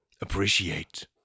appreciate